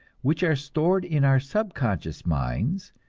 which are stored in our subconscious minds,